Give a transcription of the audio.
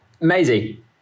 Maisie